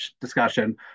discussion